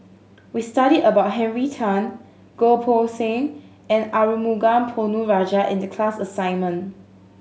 we studied about Henry Tan Goh Poh Seng and Arumugam Ponnu Rajah in the class assignment